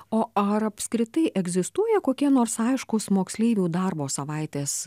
o ar apskritai egzistuoja kokie nors aiškūs moksleivių darbo savaitės